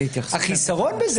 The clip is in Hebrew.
החיסרון בזה,